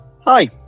Hi